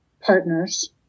partners